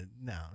no